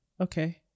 Okay